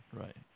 right